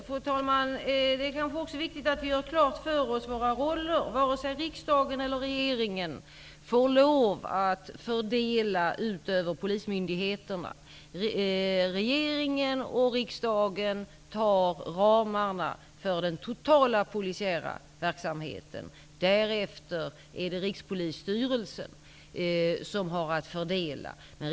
Fru talman! Det är kanske också viktigt att vi gör klart för oss våra roller. Varken riksdagen eller regeringen får lov att fördela Polismyndigheternas resurser. Regeringen och riksdagen beslutar över ramarna för den totala polisiära verksamheten. Därefter är det Rikspolisstyrelsen som har att fördela resurserna.